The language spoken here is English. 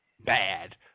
bad